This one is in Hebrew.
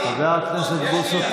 חבר הכנסת בוסו,